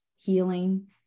healing